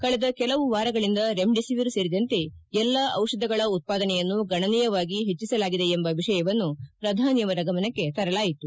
ಕಳೆದ ಕೆಲವು ವಾರಗಳಿಂದ ರೆಮ್ಡಿಸಿವಿರ್ ಸೇರಿದಂತೆ ಎಲ್ಲ ಔಷಧಗಳ ಉತ್ಪಾದನೆಯನ್ನು ಗಣನೀಯವಾಗಿ ಹೆಚ್ಚಿಸಲಾಗಿದೆ ಎಂಬ ವಿಷಯವನ್ನು ಪ್ರಧಾನಿ ಅವರ ಗಮನಕ್ಕೆ ತರಲಾಯಿತು